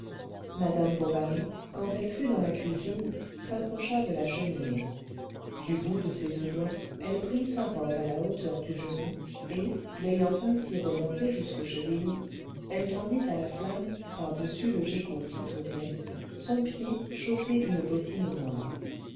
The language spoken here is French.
madame bovary quand elle fut dans la cuisine s'approcha de la cheminée du bout de ses deux doigts elle prit sa robe à la hauteur du genou et l'ayant ainsi remontée jusqu'aux chevilles elle tendit à la flamme par-dessus le gigot qui tournait son pied chaussé d'une bottine noire